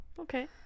Okay